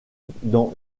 dans